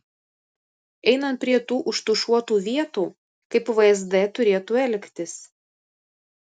einant prie tų užtušuotų vietų kaip vsd turėtų elgtis